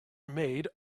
made